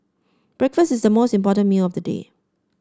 breakfast is the most important meal of the day